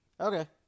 Okay